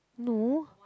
no